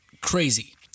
crazy